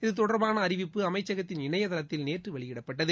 இத்தொடர்பான அறிவிப்பு அமைச்சகத்தின் இணையதளத்தில் நேற்று வெளியிடப்பட்டது